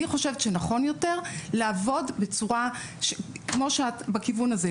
אני חושבת שנכון יותר לעבוד בכיוון הזה,